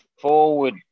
forward